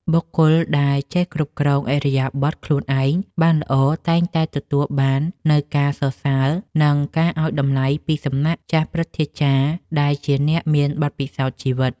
បុគ្គលដែលចេះគ្រប់គ្រងឥរិយាបថខ្លួនឯងបានល្អតែងតែទទួលបាននូវការសរសើរ និង ការឱ្យតម្លៃពីសំណាក់ចាស់ព្រឹទ្ធាចារ្យដែលជាអ្នកមានបទពិសោធន៍ជីវិត។